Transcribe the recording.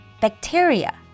bacteria